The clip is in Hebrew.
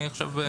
אני עכשיו שם.